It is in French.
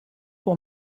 pour